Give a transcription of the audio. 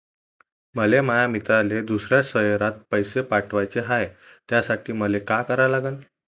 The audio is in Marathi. मले माया मित्राले दुसऱ्या शयरात पैसे पाठवाचे हाय, त्यासाठी मले का करा लागन?